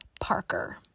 Parker